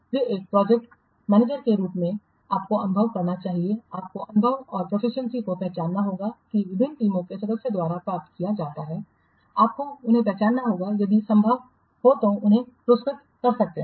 वे एक project manager के रूप में आपको अनुभव करना चाहिए आपको अनुभव और प्रोफिशिएंसी को पहचानना होगा जो विभिन्न टीम के सदस्यों द्वारा प्राप्त किया जाता है आपको उन्हें पहचानना होगा यदि संभव हो तो आप उन्हें पुरस्कृत कर सकते हैं